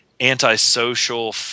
antisocial